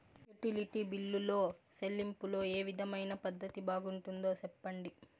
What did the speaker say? Utility బిల్లులో చెల్లింపులో ఏ విధమైన పద్దతి బాగుంటుందో సెప్పండి?